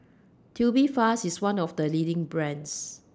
Tubifast IS one of The leading brands